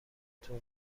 توی